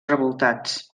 revoltats